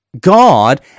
God